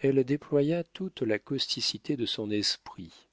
elle déploya toute la causticité de son esprit